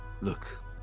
look